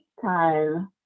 time